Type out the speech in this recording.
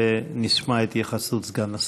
ונשמע את התייחסות סגן השר.